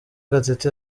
gatete